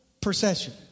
procession